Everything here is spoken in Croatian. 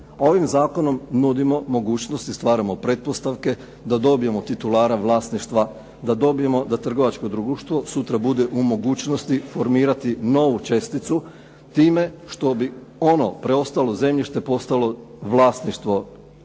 Ovim zakonom nudimo mogućnosti, stvaramo pretpostavke da dobijemo titulara vlasništva, da dobijemo da trgovačko društvo sutra bude u mogućnosti formirati novu česticu time što bi ono preostalo zemljište postalo vlasništvo